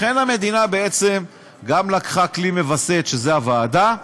לכן, המדינה בעצם גם לקחה כלי מווסת, שזה הוועדה,